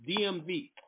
DMV